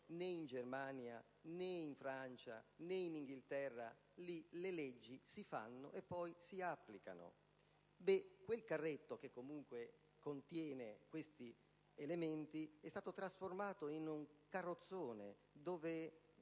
né in Germania, né in Francia, né in Inghilterra, dove le leggi si fanno e poi si applicano) che contiene certi elementi è stato trasformato in un carrozzone, dove